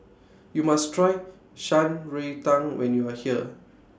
YOU must Try Shan Rui Tang when YOU Are here